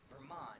Vermont